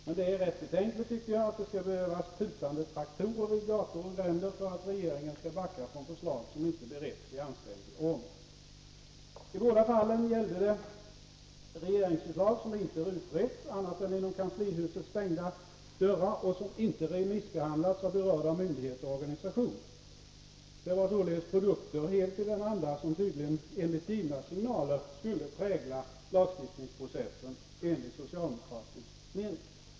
Men det är rätt betänkligt att det skall behövas tutande traktorer i gator och gränder för att regeringen skall backa från förslag som 103 inte beretts i anständig ordning. I båda fallen gällde det regeringsförslag som inte utretts, annat än inom kanslihusets stängda dörrar, och som inte remissbehandlats av berörda myndigheter och organisationer. Det var således produkter helt i den anda som tydligen enligt givna signaler skulle prägla lagstiftningsprocessen enligt socialdemokratisk mening.